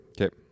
Okay